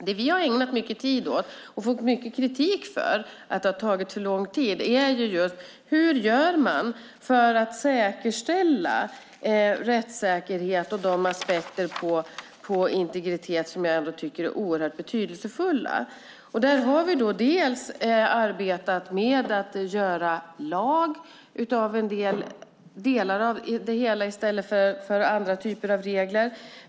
Det vi har ägnat mycket tid åt och som vi har fått mycket kritik för att det har tagit för lång tid är hur man gör för att säkerställa rättssäkerhet och de aspekter på integritet jag tycker är oerhört betydelsefulla. Där har vi dels arbetat med att göra lag av delar av det hela, i stället för andra typer av regler.